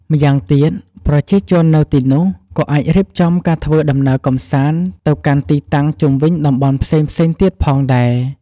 ម៉្យាងទៀតប្រជាជននៅទីនោះក៏អាចរៀបចំការធ្វើដំណើរកម្សាន្តទៅកាន់ទីតាំងជុំវិញតំបន់ផ្សេងៗទៀតផងដែរ។